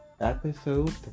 Episode